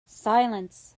silence